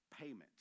payment